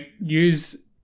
use